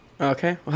Okay